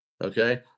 Okay